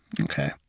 okay